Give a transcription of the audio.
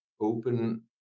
open